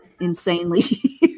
insanely